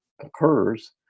occurs